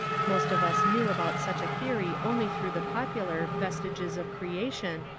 most of us knew about such a theory only through the popular vestiges of creation,